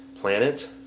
planet